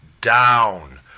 down